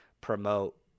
promote